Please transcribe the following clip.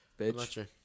bitch